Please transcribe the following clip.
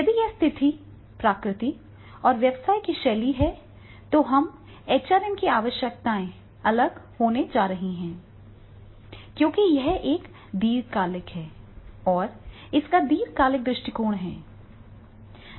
यदि यह स्थिति प्रकृति और व्यवसाय की शैली है तो एचआरएम की आवश्यकताएं अलग होने जा रही हैं क्योंकि यह एक दीर्घकालिक है और इसका दीर्घकालिक दृष्टिकोण है